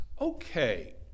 Okay